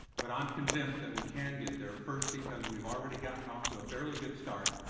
but i am convinced that we can get there, first because we have already gotten off to a fairly good start,